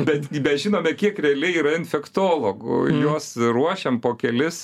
bet mes žinome kiek realiai yra infektologų juos ruošiam po kelis